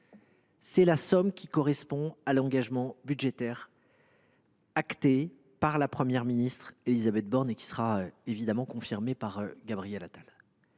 desserte fine du territoire. L’engagement budgétaire acté par la Première ministre Élisabeth Borne, qui sera évidemment confirmé par Gabriel Attal,